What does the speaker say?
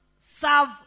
serve